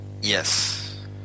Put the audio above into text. Yes